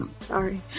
Sorry